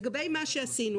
לגבי מה שעשינו,